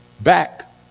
back